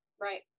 Right